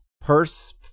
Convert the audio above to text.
purse